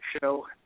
show